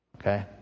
Okay